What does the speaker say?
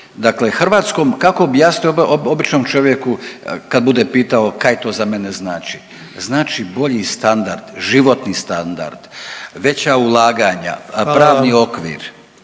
dakle Hrvatskom, kako objasniti običnom čovjeku kad bude pitaj kaj to za mene znači. Znači bolji standard, životni standard, veća ulaganja, pravni okvir.